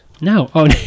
No